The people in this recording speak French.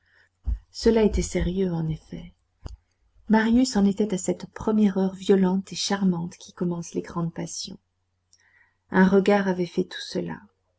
cela était sérieux en effet marius en était à cette première heure violente et charmante qui commence les grandes passions un regard avait fait tout cela